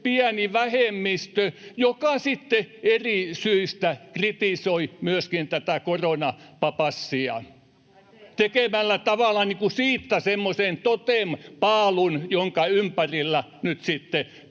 pieni vähemmistö, joka sitten eri syistä kritisoi myöskin tätä koronapassia tekemällä tavallaan siitä semmoisen totempaalun, jonka ympärillä nyt